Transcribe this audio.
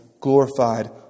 Glorified